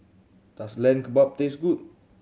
does Lamb Kebab taste good